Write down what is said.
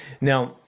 Now